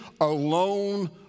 alone